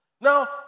Now